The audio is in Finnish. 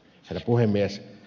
herra puhemies